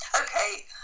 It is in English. okay